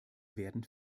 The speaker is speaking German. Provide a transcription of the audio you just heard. werden